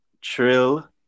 Trill